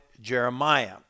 Jeremiah